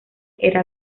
era